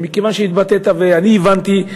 ומכיוון שהתבטאת, אני הבנתי,